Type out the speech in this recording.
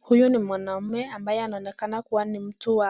Huyu ni mwanaume ambaye anaonekana kuwa ni mtu